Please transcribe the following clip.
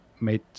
made